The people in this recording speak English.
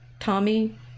Tommy